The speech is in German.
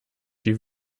die